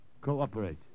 cooperate